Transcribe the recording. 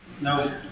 No